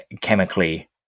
chemically